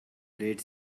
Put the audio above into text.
red